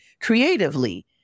creatively